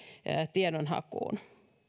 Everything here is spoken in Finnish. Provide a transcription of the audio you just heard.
tiedonhakuun